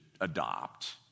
adopt